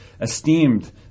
esteemed